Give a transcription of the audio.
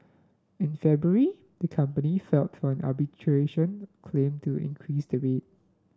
in February the company filed from arbitration claim to increase the rate